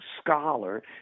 scholar